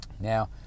now